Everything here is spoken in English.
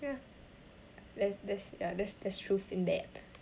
ya there there's ya there's truth in that